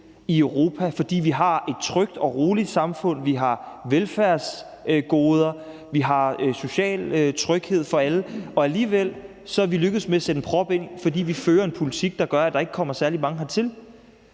i Europa, fordi vi har et trygt og roligt samfund, vi har velfærdsgoder, vi har social tryghed for alle, og alligevel er vi lykkedes med at sætte en prop i, fordi vi fører en politik, der gør, at der ikke kommer særlig mange hertil.